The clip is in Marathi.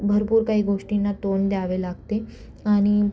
भरपूर काही गोष्टींना तोंड द्यावे लागते आणि